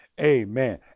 Amen